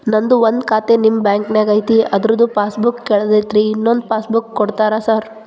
ನಂದು ಒಂದು ಖಾತೆ ನಿಮ್ಮ ಬ್ಯಾಂಕಿನಾಗ್ ಐತಿ ಅದ್ರದು ಪಾಸ್ ಬುಕ್ ಕಳೆದೈತ್ರಿ ಇನ್ನೊಂದ್ ಪಾಸ್ ಬುಕ್ ಕೂಡ್ತೇರಾ ಸರ್?